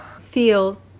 feel